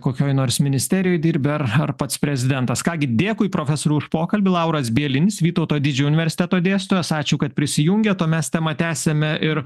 kokioj nors ministerijoj dirbi ar ar pats prezidentas ką gi dėkui profesoriau už pokalbį lauras bielinis vytauto didžiojo universiteto dėstytojas ačiū kad prisijungėt o mes temą tęsiame ir